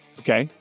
okay